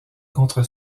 contre